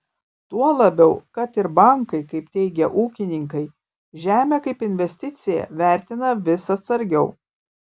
tuo labiau kad ir bankai kaip teigia ūkininkai žemę kaip investiciją vertina vis atsargiau